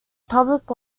public